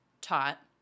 taught